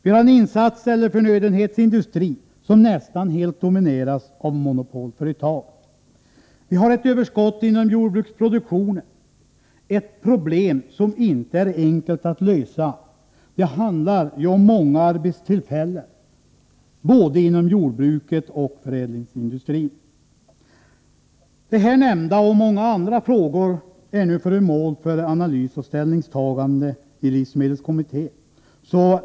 Vi har en insatseller förnödenhetsindustri som nästan helt domineras av monopolföretag. Vi har ett överskott inom jordbruksproduktionen, ett problem som inte är enkelt att lösa. Det handlar ju om många arbetstillfällen inom både jordbruket och förädlingsindustrin. De här nämnda och många andra frågor är nu föremål för analys och ställningstagande i livsmedelskommittén.